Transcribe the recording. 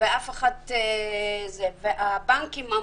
הבנקים אמרו: